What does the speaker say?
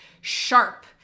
sharp